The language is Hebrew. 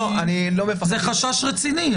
זה חשש רציני,